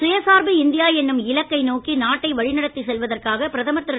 சுயசார்பு இந்தியா என்னும் இலக்கை நோக்கி நாட்டை வழிநடத்திச் செல்வதற்காக பிரதமர் திரு